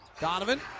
Donovan